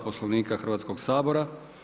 Poslovnika Hrvatskoga sabora.